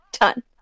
Done